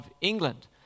England